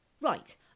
Right